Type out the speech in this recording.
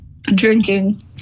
Drinking